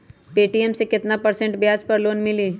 Paytm मे केतना percent ब्याज पर लोन मिली?